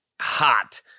hot